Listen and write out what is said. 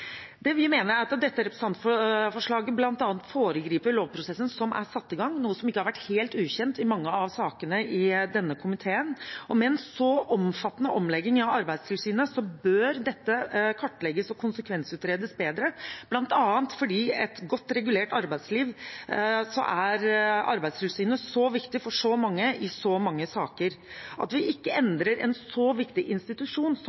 Det vi mener, er at dette representantforslaget bl.a. foregriper lovprosessen som er satt i gang, noe som ikke har vært helt ukjent i mange av sakene i denne komiteen. Og med en så omfattende omlegging av Arbeidstilsynet bør dette kartlegges og konsekvensutredes bedre. Det er bl.a. fordi i et godt regulert arbeidsliv er Arbeidstilsynet så viktig for så mange i så mange saker at vi ikke endrer en så viktig institusjon som